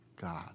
God